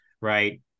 right